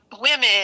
women